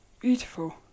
Beautiful